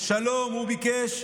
שלום הוא ביקש.